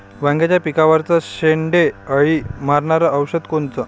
वांग्याच्या पिकावरचं शेंडे अळी मारनारं औषध कोनचं?